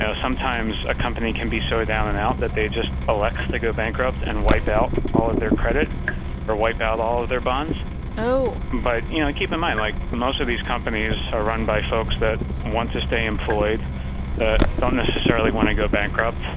sometimes a company can be so down and out that they just elect to go bankrupt and wipe out all of their credit or wipe out all of their bonds oh but you know, keep in mind, like, most of these companies are run by folks that want to stay employed but don't necessarily want to go bankrupt.